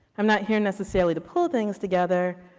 i am not here necessarily to pull things together,